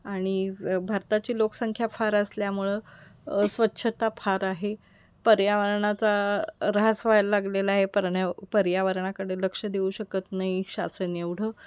आणि भारताची लोकसंख्या फार असल्यामुळं अस्वच्छता फार आहे पर्यावरणाचा ऱ्हास व्हायला लागलेला आहे परण्या पर्यावरणाकडे लक्ष देऊ शकत नाही शासन एवढं